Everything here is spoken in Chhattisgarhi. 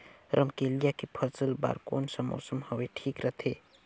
रमकेलिया के फसल बार कोन सा मौसम हवे ठीक रथे?